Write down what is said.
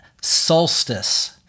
Solstice